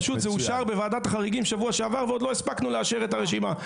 פשוט זה אושר בוועדת החריגים שבוע שעבר ועוד לא הספקנו לאשר את הרשימה.